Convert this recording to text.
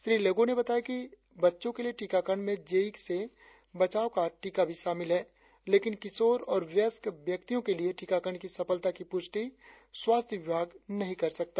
श्री लेगो ने बताया कि बच्चों के लिए टीकाकरण में जे ई से बचाव का टीका भी शामिल है लेकिन किशोर और व्यस्क व्यक्तियों के लिए टीकाकरण की सफलता की पुष्टि स्वास्थ्य विभाग नही कर सकता